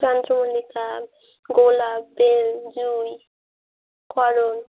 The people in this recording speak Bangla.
চন্দ্রমল্লিকা গোলাপ বেল জুঁই করবী